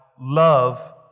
love